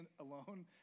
alone